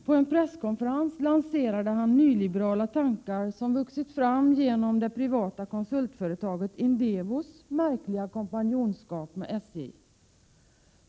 På en presskonferens lanserade han nyliberala tankar som vuxit fram genom det privata konsultföretaget Indevos märkliga kompanjonskap med SJ.